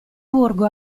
borgo